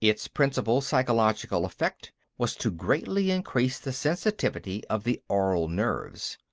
its principal physiological effect was to greatly increase the sensitivity of the aural nerves.